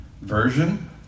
version